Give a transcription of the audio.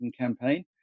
campaign